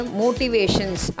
motivations